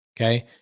Okay